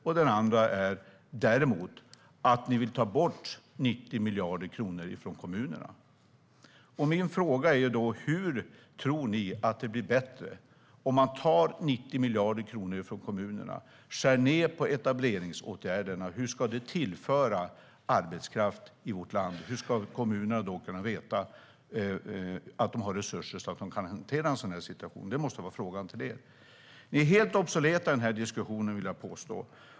Men dessutom, Jimmie Åkesson, vill ni ta bort 90 miljarder kronor från kommunerna. Min fråga är: Hur tror ni att det blir bättre om man tar 90 miljarder kronor från kommunerna och skär ned på etableringsåtgärderna? Hur ska det tillföra arbetskraft i vårt land? Hur ska kommunerna kunna veta att de har resurser så att de kan hantera en sådan situation? Det måste vara frågan till er. Ni är helt obsoleta i diskussionen, vill jag påstå.